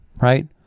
right